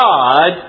God